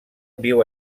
viu